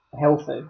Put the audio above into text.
healthy